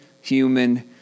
human